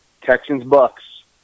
Texans-Bucks